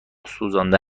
سوزانده